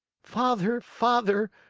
father, father,